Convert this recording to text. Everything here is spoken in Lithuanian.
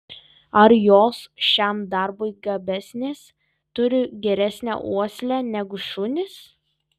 ar jos šiam darbui gabesnės turi geresnę uoslę negu šunys